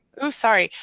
oh, sorry,